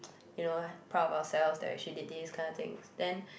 you know proud of ourselves that we actually did this kind of things then